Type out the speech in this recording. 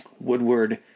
Woodward